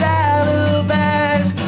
alibis